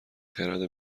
خرد